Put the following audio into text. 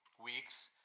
weeks